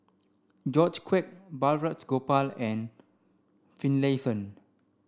George Quek Balraj Gopal and Finlayson